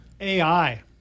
AI